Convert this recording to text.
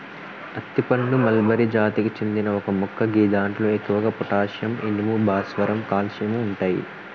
అత్తి పండు మల్బరి జాతికి చెందిన ఒక మొక్క గిదాంట్లో ఎక్కువగా పొటాషియం, ఇనుము, భాస్వరం, కాల్షియం ఉంటయి